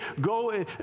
go